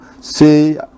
say